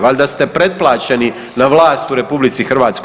Valjda ste pretplaćeni na vlast u RH.